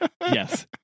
yes